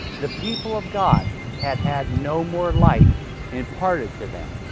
the people of god had had no more light imparted to them.